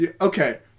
okay